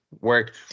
work